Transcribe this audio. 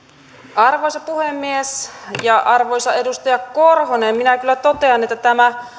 arvoisa puhemies arvoisa edustaja korhonen minä kyllä totean että tämä